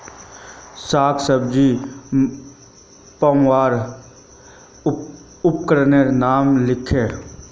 साग सब्जी मपवार उपकरनेर नाम लिख?